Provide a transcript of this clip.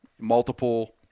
multiple